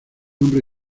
nombre